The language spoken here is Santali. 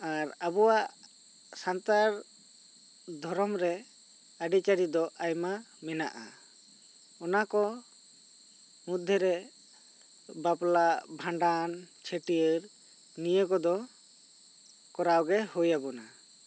ᱟᱨ ᱟᱵᱳᱣᱟᱜ ᱥᱟᱱᱛᱟᱲ ᱫᱷᱚᱨᱚᱢ ᱨᱮ ᱟ ᱨᱤ ᱪᱟ ᱞᱤ ᱫᱚ ᱟᱭᱢᱟ ᱢᱮᱱᱟᱜᱼᱟ ᱚᱱᱟᱠᱚ ᱢᱩᱫᱽᱨᱮ ᱵᱟᱯᱞᱟ ᱵᱷᱟᱸᱰᱟᱱ ᱪᱷᱟ ᱴᱤᱭᱟ ᱨ ᱱᱤᱭᱟ ᱠᱚᱫᱚ ᱠᱚᱨᱟᱣ ᱜᱮ ᱦᱩᱭᱟᱵᱚᱱᱟ